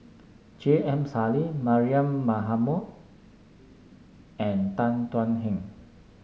J M Sali Mariam Baharom and Tan Thuan Heng